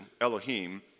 Elohim